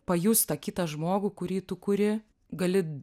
pajust tą kitą žmogų kurį tu kuri gali